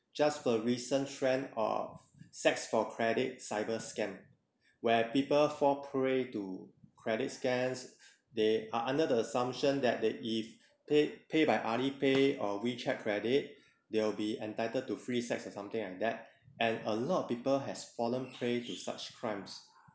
just the recent trend of sex for credit cyber scam where people fall prey to credit scares they are under the assumption that they if paid pay by alipay or wechat credit they will be entitled to free sex or something like that and a lot of people has fallen prey to such crimes